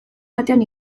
batean